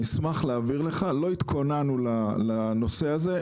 אשמח להעביר לך מידע, לא התכוננו לנושא הזה.